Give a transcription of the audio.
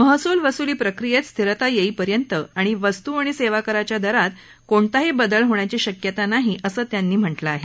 महसुल वसुली प्रक्रियेत स्थिरता येईपर्यंत वस्तू आणि सेवाकाराच्या दरात कोणताही बदल होण्याची शक्यता नाही असंही त्यांनी म्हटलं आहे